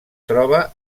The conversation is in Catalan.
troba